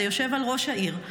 זה יושב על ראש העיר.